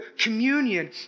communion